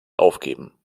aufgeben